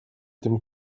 tym